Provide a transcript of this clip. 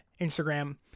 Instagram